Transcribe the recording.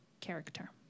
character